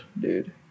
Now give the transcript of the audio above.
Dude